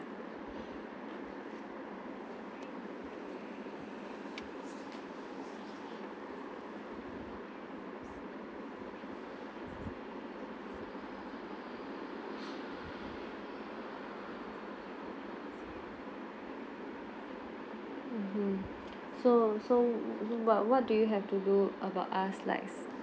mmhmm so so what what do you have to do about us like